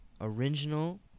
original